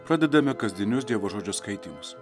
pradedame kasdienius dievo žodžio skaitymus